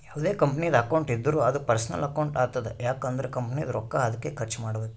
ಯಾವ್ದೇ ಕಂಪನಿದು ಅಕೌಂಟ್ ಇದ್ದೂರ ಅದೂ ಪರ್ಸನಲ್ ಅಕೌಂಟ್ ಆತುದ್ ಯಾಕ್ ಅಂದುರ್ ಕಂಪನಿದು ರೊಕ್ಕಾ ಅದ್ಕೆ ಖರ್ಚ ಮಾಡ್ಬೇಕು